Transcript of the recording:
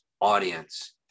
audience